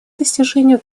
достижению